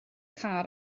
car